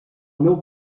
meu